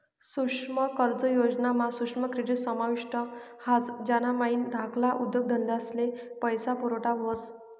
सुक्ष्म कर्ज योजना मा सुक्ष्म क्रेडीट समाविष्ट ह्रास ज्यानामाईन धाकल्ला उद्योगधंदास्ले पैसा पुरवठा व्हस